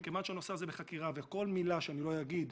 מכיוון שהנושא הזה נמצא בחקירה וכל מילה שאני אגיד